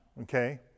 okay